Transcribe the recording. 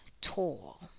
tall